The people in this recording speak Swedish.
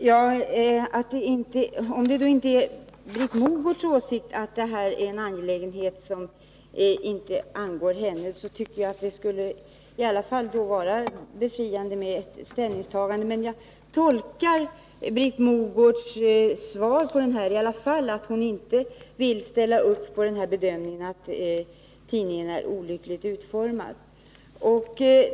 Herr talman! Om det nu inte är Britt Mogårds åsikt att detta är en angelägenhet som inte angår henne, tycker jag att det i alla fall skulle vara befriande med ett ställningstagande. Jag tolkar emellertid Britt Mogårds svar så, att hon inte vill ställa sig bakom bedömningen att tidningsartiklarna är olyckligt utformade.